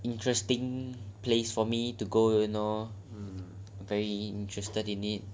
interesting place for me to go you know very interested in it